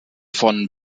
von